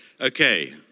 Okay